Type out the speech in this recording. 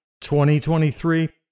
2023